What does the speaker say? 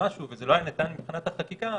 משהו וזה לא היה ניתן מבחינת החקיקה,